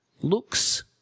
looks